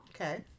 Okay